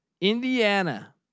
Indiana